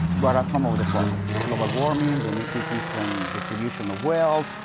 what are some of the problems? global warming, the inequities and distribution wealth,